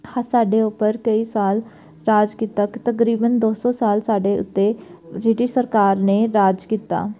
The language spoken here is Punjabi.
ਅਸਾਡੇ ਉੱਪਰ ਕਈ ਸਾਲ ਰਾਜ ਕੀਤਾ ਤਕਰੀਬਨ ਦੋ ਸੌ ਸਾਲ ਸਾਡੇ ਉੱਤੇ ਬ੍ਰਿਟਿਸ਼ ਸਰਕਾਰ ਨੇ ਰਾਜ ਕੀਤਾ